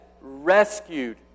rescued